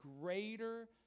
greater